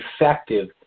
effective